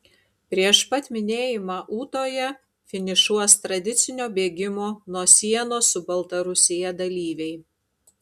prieš pat minėjimą ūtoje finišuos tradicinio bėgimo nuo sienos su baltarusija dalyviai